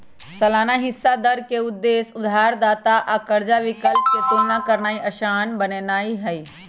सालाना हिस्सा दर के उद्देश्य उधारदाता आ कर्जा विकल्प के तुलना करनाइ असान बनेनाइ हइ